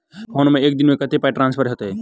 Phone सँ एक दिनमे कतेक पाई ट्रान्सफर होइत?